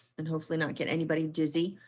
and hopefully not get anybody dizzy.